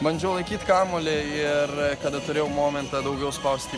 bandžiau laikyt kamuolį ir kada turėjau momentą daugiau spaust jį